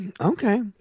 okay